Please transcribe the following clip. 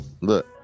Look